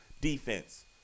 defense